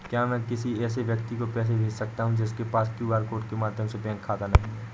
क्या मैं किसी ऐसे व्यक्ति को पैसे भेज सकता हूँ जिसके पास क्यू.आर कोड के माध्यम से बैंक खाता नहीं है?